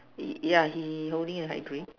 ya he holding a high drink